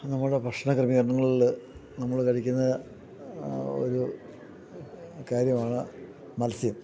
നമ്മുടെ ഭക്ഷണക്രമീകരണങ്ങളില് നമ്മള് കഴിക്കുന്ന ഒരു കാര്യമാണ് മത്സ്യം